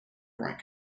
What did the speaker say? right